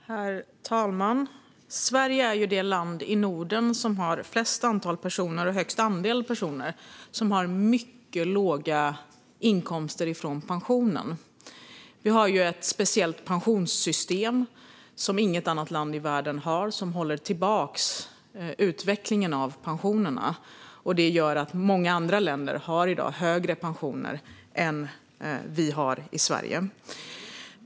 Herr talman! Sverige är det land i Norden som har flest i antal och högst andel personer med mycket låga inkomster från pensionen. Vi har ju ett speciellt pensionssystem som inget annat land i världen har som håller tillbaka utvecklingen av pensionerna, vilket gör att många andra länder i dag har högre pensioner än vi har i Sverige.